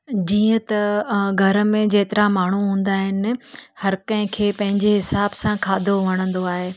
जीअं त घर में जेतिरा माण्हू हूंदा आहिनि हर कंहिं खे पंहिंजे हिसाब सां खाधो वणंदो आहे